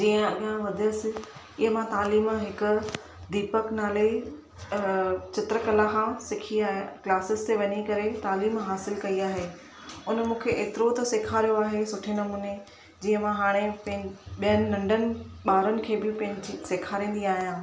जीअं अॻियां वधियसि इअं मां तालीम हिकु दीपक नाले चित्रकला खां सिखी आहियां क्लासिस ते वञी करे तालीम हासिलु कई आहे हुन मूंखे एतिरो त सेखारियो आहे सुठे नमूने जीअं मां हाणे ॿियनि नंढनि ॿारनि खे बि सेखारींदी आहियां